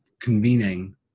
convening